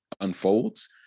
unfolds